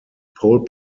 pole